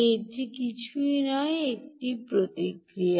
এটি কিছুই নয় প্রতিক্রিয়া